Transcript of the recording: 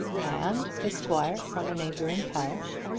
and the squire from a neighbouring parish,